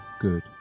good